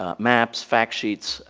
ah maps, factsheets,